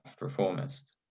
reformist